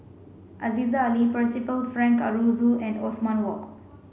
Aziza Ali Percival Frank Aroozoo and Othman Wok